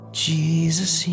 jesus